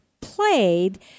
played